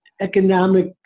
economic